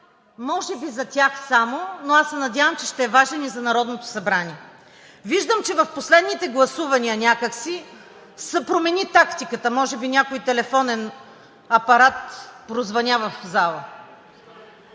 може би, но аз се надявам, че ще е важен и за Народното събрание. Виждам, че в последните гласувания някак си се промени тактиката – може би някой телефонен апарат прозвъня в залата.